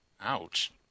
Ouch